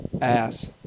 Ass